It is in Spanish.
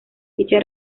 dicha